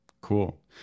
Cool